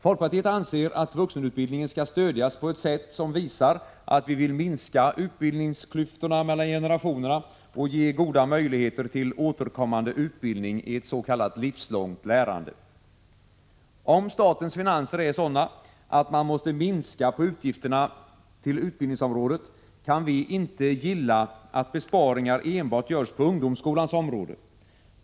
Folkpartiet anser att vuxenutbildningen skall stödjas på ett sätt som visar att vi vill minska utbildningsklyftorna mellan generationerna och ge goda möjligheter till återkommande utbildning i ett s.k. livslångt lärande. Om statens finanser är sådana att man måste minska på utgifterna till 131 utbildningsområdet, kan vi inte gilla att besparingar enbart görs på ungdomsskolans område.